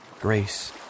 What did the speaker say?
grace